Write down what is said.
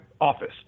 office